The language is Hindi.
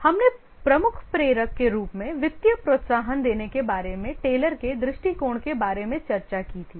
हमने प्रमुख प्रेरक के रूप में वित्तीय प्रोत्साहन देने के बारे में टेलर के दृष्टिकोण के बारे में चर्चा की थी